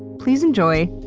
please enjoy,